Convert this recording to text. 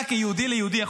איך אתה כיהודי ליהודי,